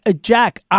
Jack